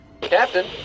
Captain